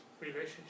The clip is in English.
relationship